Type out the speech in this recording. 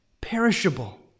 perishable